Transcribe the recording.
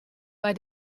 bei